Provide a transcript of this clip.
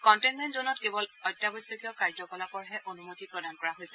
containment জ'নত কেৱল অত্যাৱশ্যকীয় কাৰ্যকলাপৰহে অনুমতি প্ৰদান কৰা হৈছে